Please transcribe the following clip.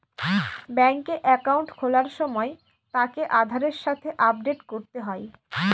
ব্যাঙ্কে একাউন্ট খোলার সময় তাকে আধারের সাথে আপডেট করতে হয়